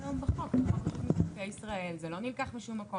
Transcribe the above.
היא מחליטה אם באמת ביישוב הזה יש נזקקות מיוחדת.